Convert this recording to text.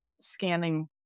scanning